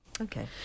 Okay